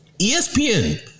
ESPN